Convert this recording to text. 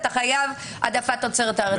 אתה חייב העדפת תוצרת הארץ.